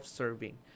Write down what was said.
serving